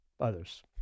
others